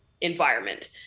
Environment